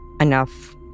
enough